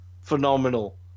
phenomenal